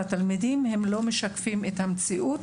לתלמידים לא משקפים את המציאות.